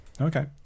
Okay